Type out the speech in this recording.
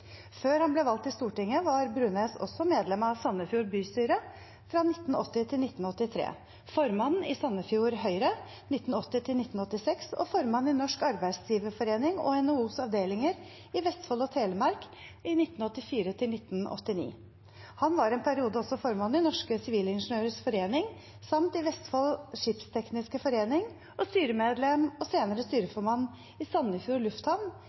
Før han ble valgt til Stortinget, var Brunæs også medlem av Sandefjord bystyre fra 1980 til 1983, formann i Sandefjord Høyre fra 1980 til 1986 og formann i Norsk Arbeidsgiverforening og NHOs avdelinger i Vestfold og Telemark fra 1984 til 1989. Han var en periode også formann i Norske Sivilingeniørers Forening samt i Vestfold Skipstekniske forening og styremedlem og senere styreformann i Sandefjord Lufthavn